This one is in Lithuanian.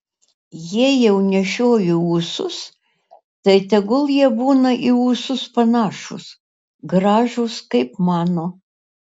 jei jau nešioji ūsus tai tegul jie būna į ūsus panašūs gražūs kaip mano